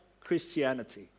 Christianity